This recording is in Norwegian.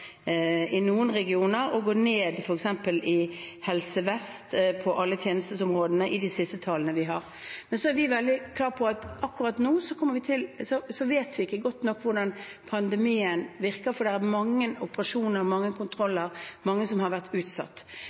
i noen regioner og ned f.eks. i Helse Vest på alle tjenesteområder i de siste tallene vi har. Men vi er veldig klare på at akkurat nå vet vi ikke godt nok hvordan pandemien virker. Det er mange operasjoner og mange kontroller som har vært utsatt.